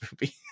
movie